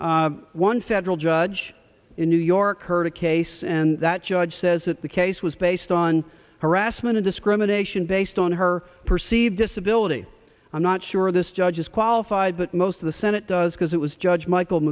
one federal judge in new york heard a case and that judge says that the case was based on harassment of discrimination based on her perceived disability i'm not sure this judge is qualified but most of the it does because it was judge michael